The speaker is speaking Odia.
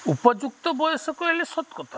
ଉପଯୁକ୍ତ ବୟସ କହିଲେ ସତ କଥା